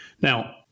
Now